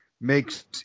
makes